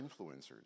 influencers